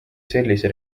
sellise